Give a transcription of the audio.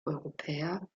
europäer